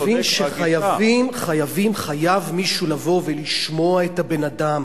אבל אתה מבין שחייב מישהו לבוא ולשמוע את הבן-אדם,